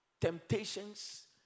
temptations